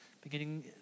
beginning